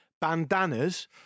bandanas